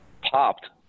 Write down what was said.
popped